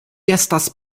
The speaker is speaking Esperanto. estas